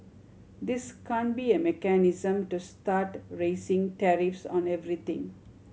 this can't be a mechanism to start raising tariffs on everything